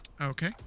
Okay